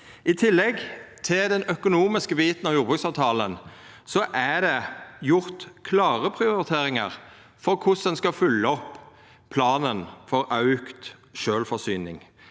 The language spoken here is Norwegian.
I tillegg til den økonomiske biten av jordbruksavtalen er det gjort klare prioriteringar for korleis ein skal følgja opp planen for auka sjølvforsyning.